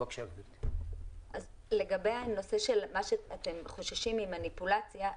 לגבי זה שאתם חוששים ממניפולציה,